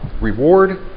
reward